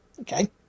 okay